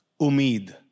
Umid